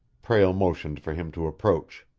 prale motioned for him to approach.